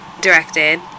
directed